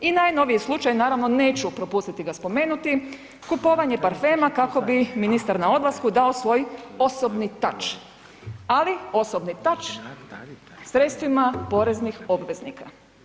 I najnoviji slučaj, naravno neću propustiti ga spomenuti, kupovanje parfema kako bi ministar na odlasku dao svoj osobni tač, ali osobni tač sredstvima poreznih obveznika.